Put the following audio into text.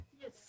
Yes